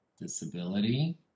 disability